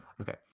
Okay